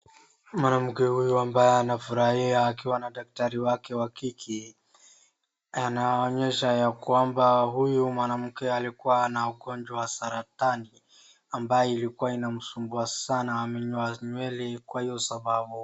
Mwanamke huyu ambaye anafurahia akiwa na daktari wake wa kike, anaonyesha ya kwamba huyu mwanamke alikuwa na ugonjwa wa saratani ambaye ilikuwa inamsumbua sana amenyoa nywele kwa hiyo sababu.